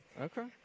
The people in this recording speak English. Okay